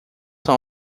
são